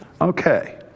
okay